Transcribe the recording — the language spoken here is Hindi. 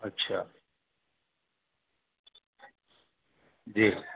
अच्छा जी हाँ